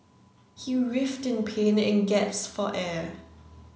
he writhed in pain and gasped for air